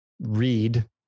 read